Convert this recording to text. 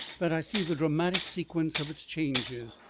that i see the dramatic sequence of its changes,